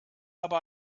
aber